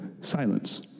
Silence